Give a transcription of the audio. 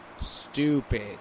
Stupid